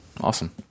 Awesome